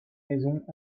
maisons